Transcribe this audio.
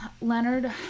Leonard